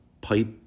pipe